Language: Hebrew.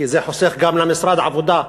כי זה חוסך גם למשרד עבודה.